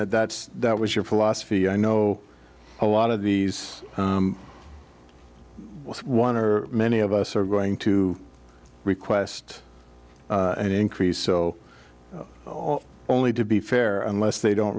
that that was your philosophy i know a lot of these one or many of us are going to request an increase so only to be fair unless they don't